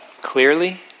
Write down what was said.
clearly